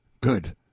Good